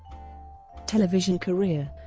television career